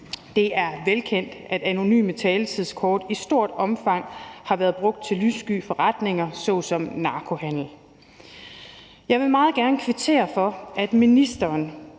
Det er velkendt, at de anonyme taletidskort i stort omfang har været brugt til lyssky forretninger såsom narkohandel. Jeg vil meget gerne kvittere for, at ministeren